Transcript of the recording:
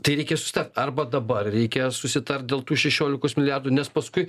tai reikia susitart arba dabar reikia susitart dėl tų šešiolikos milijardų nes paskui